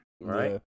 Right